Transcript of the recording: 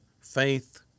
faith